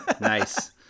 nice